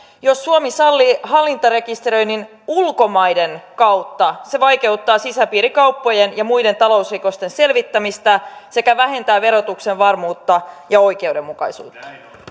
jos suomi sallii hallintarekisteröinnin ulkomaiden kautta se vaikeuttaa sisäpiirikauppojen ja muiden talousrikosten selvittämistä sekä vähentää verotuksen varmuutta ja oikeudenmukaisuutta